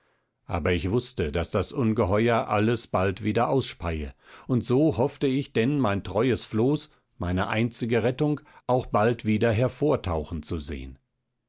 aber ich wußte daß das ungeheuer alles bald wieder ausspeie und so hoffte ich denn mein treues floß meine einzige rettung auch bald wieder hervortauchen zu sehen